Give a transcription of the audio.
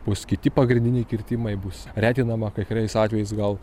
bus kiti pagrindiniai kirtimai bus retinama kai kuriais atvejais gal